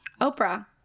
Oprah